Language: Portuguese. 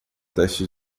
teste